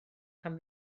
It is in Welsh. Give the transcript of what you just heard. pan